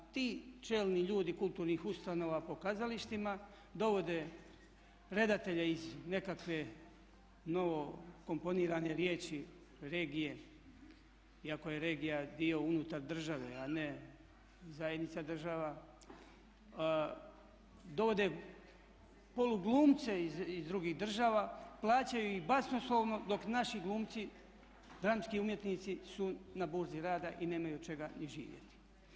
A ti čelni ljudi kulturnih ustanova po kazalištima dovode redatelje iz nekakve novokomponirane riječi regije, iako je regija dio unutar države a ne zajednica država, dovode polu-glumce iz drugih država, plaćaju ih basnoslovno dok naši glumci dramski umjetnici su na Burzi rada i nemaju od čega živjeti.